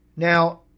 Now